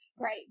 Right